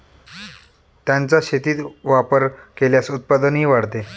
त्यांचा शेतीत वापर केल्यास उत्पादनही वाढते